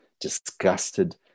disgusted